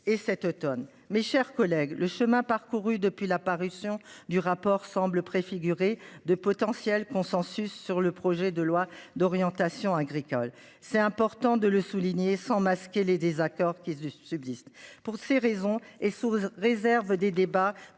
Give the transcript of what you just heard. Mes chers collègues, le chemin parcouru depuis la parution du rapport semble préfigurer de potentiels consensus sur le projet de loi d'orientation agricole. C'est important de le souligner sans masquer les désaccords qui subsistent pour ces raisons et sous réserve des débats